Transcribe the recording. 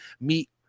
meet